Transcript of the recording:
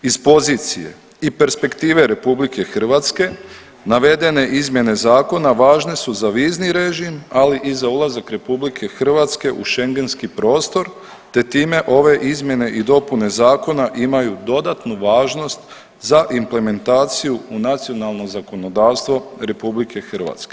Iz pozicije i perspektive RH navedene izmjene zakona važne su za vizni režim, ali i za ulazak RH u šengenski prostor, te time ove izmjene i dopune zakona imaju dodatnu važnost za implementaciju u nacionalno zakonodavstvo RH.